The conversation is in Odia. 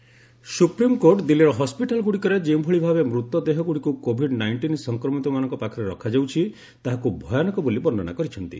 ଏସ୍ସି କୋଭିଡ୍ ପେସେଣ୍ଟସ୍ ସୁପ୍ରିମ୍କୋର୍ଟ ଦିଲ୍ଲୀର ହସ୍କିଟାଲଗୁଡ଼ିକରେ ଯେଉଁଭଳି ଭାବେ ମୃତ ଦେହଗୁଡ଼ିକୁ କୋଭିଡ୍ ନାଇଣ୍ଟିନ୍ ସଂକ୍ରମିତମାନଙ୍କ ପାଖରେ ରଖାଯାଉଛି ତାହାକୁ ଭୟାନକ ବୋଲି ବର୍ଷନା କରିଛନ୍ତି